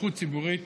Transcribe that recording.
שליחות ציבורית